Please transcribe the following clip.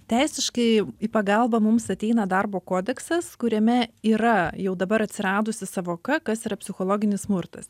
teisiškai į pagalbą mums ateina darbo kodeksas kuriame yra jau dabar atsiradusi sąvoka kas yra psichologinis smurtas